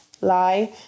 lie